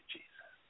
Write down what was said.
Jesus